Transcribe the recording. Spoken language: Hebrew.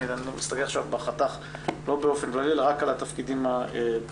אני מסתכל בחתך לא באופן כללי אלא רק על התפקידים הבכירים,